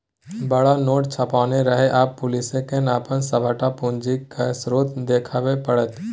बड़ नोट छापने रहय आब पुलिसकेँ अपन सभटा पूंजीक स्रोत देखाबे पड़तै